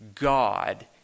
God